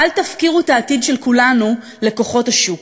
אל תפקירו את העתיד של כולנו לכוחות השוק.